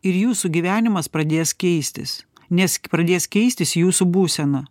ir jūsų gyvenimas pradės keistis nes pradės keistis jūsų būsena